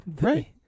right